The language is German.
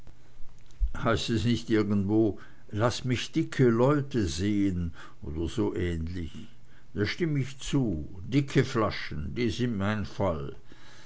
heißt es nicht irgendwo laßt mich dicke leute sehn oder so ähnlich da stimm ich zu dicke flaschen die sind mein fall